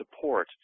support